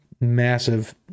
massive